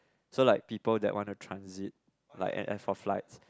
so like people they want to transit like and end for flights